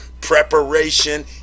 preparation